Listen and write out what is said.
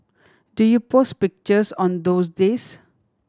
do you post pictures on those days